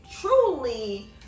truly